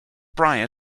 bryant